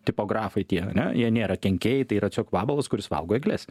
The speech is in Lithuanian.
tipografai tie ane jie nėra kenkėjai tai yra tiesiog vabalas kuris valgo egles